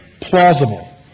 plausible